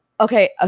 Okay